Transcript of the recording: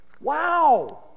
Wow